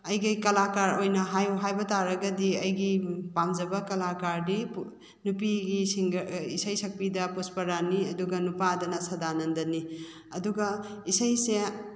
ꯑꯩꯒꯤ ꯀꯂꯥꯀꯥꯔ ꯑꯣꯏꯅ ꯍꯥꯏꯌꯨ ꯍꯥꯏꯕ ꯇꯥꯔꯒꯗꯤ ꯑꯩꯒꯤ ꯄꯥꯝꯖꯕ ꯀꯂꯥꯀꯥꯔꯗꯤ ꯅꯨꯄꯤꯒꯤ ꯁꯤꯡꯒꯔ ꯏꯁꯩ ꯁꯛꯄꯤꯗ ꯄꯨꯁꯄꯔꯥꯅꯤ ꯑꯗꯨꯒ ꯅꯨꯄꯥꯗꯅ ꯁꯗꯥꯅꯟꯗꯅꯤ ꯑꯗꯨꯒ ꯏꯁꯩꯁꯦ